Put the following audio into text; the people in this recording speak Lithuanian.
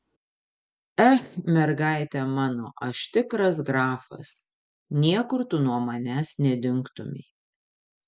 ech mergaite mano aš tikras grafas niekur tu nuo manęs nedingtumei